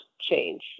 change